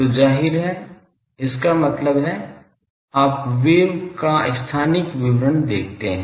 तो जाहिर है इसका मतलब है आप वेव का स्थानिक विवरण देखते हैं